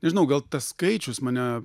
nežinau gal tas skaičius mane